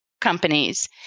companies